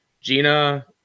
Gina